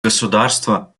государство